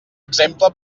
exemple